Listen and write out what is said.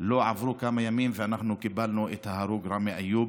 לא עברו כמה ימים ואנחנו קיבלנו את ההרוג רמי איוב,